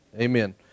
amen